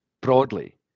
broadly